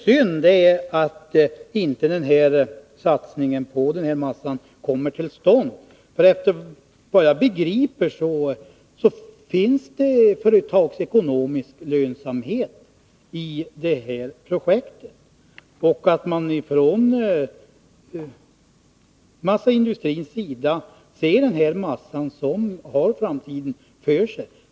synd är att satsningen på en massafabrik inte kom till stånd. Såvitt jag begriper finns det företagsekonomisk lönsamhet i det projektet. Från massaindustrins sida anser man att massatillverkning har framtiden för sig.